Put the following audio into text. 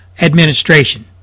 administration